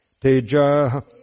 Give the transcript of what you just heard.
teja